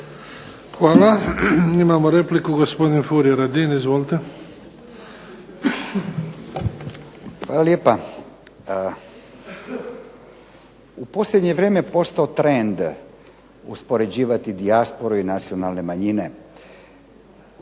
Hvala. Imamo repliku, gospodin Furio Radin. Izvolite. **Radin, Furio (Nezavisni)** Hvala lijepa. U posljednje vrijeme je postao trend uspoređivati dijasporu i nacionalne manjine.